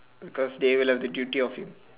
because they would have the duty of